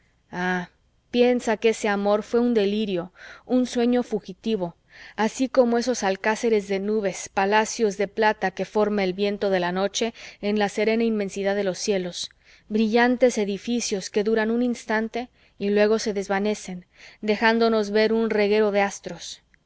ah piensa que ese amor fué un delirio un sueño fugitivo algo así como esos alcázares de nubes palacios de plata que forma el viento de la noche en la serena inmensidad de los cielos brillantes edificios que duran un instante y luego se desvanecen dejándonos ver un reguero de astros